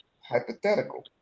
hypothetical